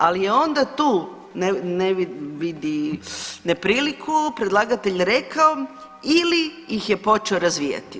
Ali onda tu ne vidi, nepriliku, predlagatelj rekao ili ih je počeo razvijati.